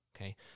okay